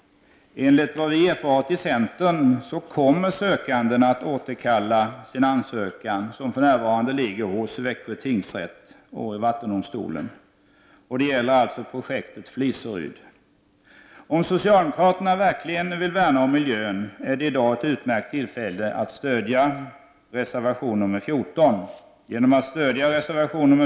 Enligt vad centern nyligen har erfarit kommer sökanden att återkalla sin ansökan, som ligger hos Växjö tingsrätt och vattendomstolen, om att få bygga kraftverket i Fliseryd. Om socialdemokraterna verkligen vill värna om miljön har de ett utmärkt tillfälle att göra det genom att stödja reservation 14.